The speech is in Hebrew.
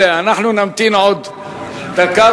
אנחנו נמתין עוד דקה,